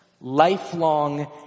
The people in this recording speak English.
lifelong